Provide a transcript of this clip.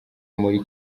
muri